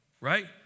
right